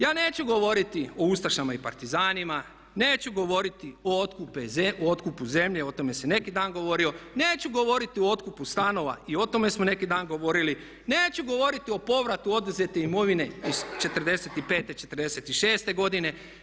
Ja neću govoriti o ustašama i partizanima, neću govoriti o otkupu zemlje, o tome se neki dan govorilo, neću govoriti o otkupu stanova i o tome smo neki dan govorili, neću govoriti o povratu oduzete imovine iz '45., '46. godine.